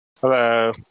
Hello